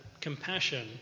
compassion